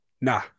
nah